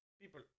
people